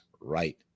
right